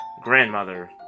Grandmother